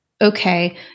Okay